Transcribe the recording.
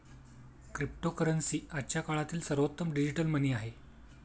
cryptocurrency आजच्या काळातील सर्वोत्तम डिजिटल मनी आहे